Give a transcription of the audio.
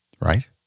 right